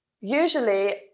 usually